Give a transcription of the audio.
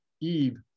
Eve